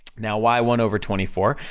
now why one over twenty four?